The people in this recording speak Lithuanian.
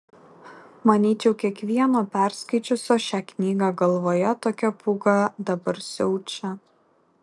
manyčiau kiekvieno perskaičiusio šią knygą galvoje tokia pūga dabar siaučia